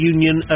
Union